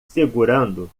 segurando